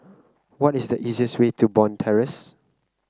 what is the easiest way to Bond Terrace